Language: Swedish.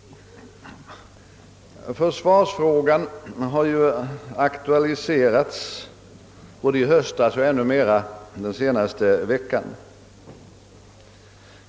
Försvarsfrågan har ju aktualiserats både i höstas och ännu mer den senaste veckan.